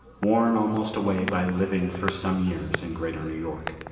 worn almost away by living for some years in greater new york.